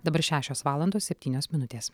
dabar šešios valandos septynios minutės